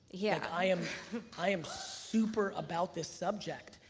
yeah. i am i am super about this subject.